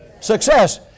Success